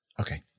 Okay